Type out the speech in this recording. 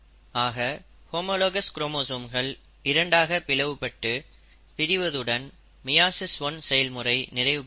ஆக ஹோமோலாகஸ் குரோமோசோம்களை பிளவுபட்டு இரண்டாகப் பிரிவதுடன் மியாசிஸ் 1 செயல்முறை நிறைவு பெறுகிறது